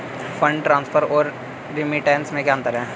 Fund transfer और remittance में क्या अंतर है?